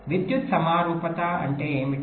విద్యుత్ సమరూపత అంటే ఏమిటి